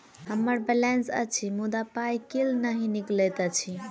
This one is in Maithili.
हम्मर बैलेंस अछि मुदा पाई केल नहि निकलैत अछि?